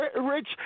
rich